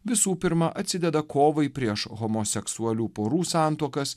visų pirma atsideda kovai prieš homoseksualių porų santuokas